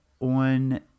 on